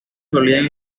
solían